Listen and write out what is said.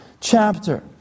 chapter